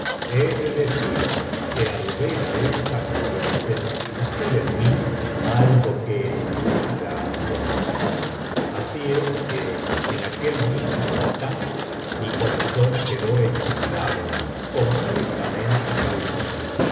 de deciros que al ver á esta joven sentí nacer en mí algo que en mi vida había sentido así es que en aquel mismo instante mi corazón quedó hechizado y completamente cautivo